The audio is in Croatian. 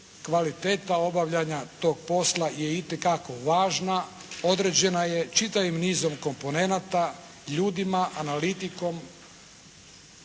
kvaliteta obavljanja tog posla je izuzetno važna. Određena je čitavim nizom komponenata, ljudima, analitikom,